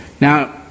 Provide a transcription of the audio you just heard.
Now